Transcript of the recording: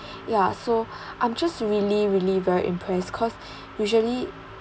ya so I'm just really really very impress cause usually